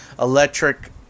electric